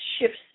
shifts